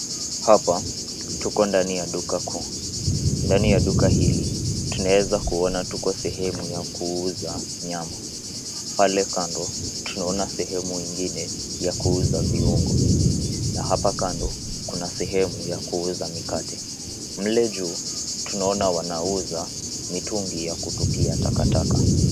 Hapa tuko ndani ya duka kuu. Ndani ya duka hili tunaweza kuona tuko sehemu ya kuuza nyama. Pale kando tunaona sehemu ingine ya kuuza viungo na hapa kando kuna sehemu ya kuuza mikate. Mle juu tunaona wanauza mitungi ya kutupia takataka.